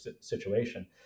situation